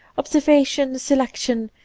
observa i tion, selection,